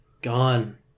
gone